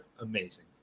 amazing